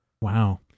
Wow